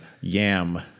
yam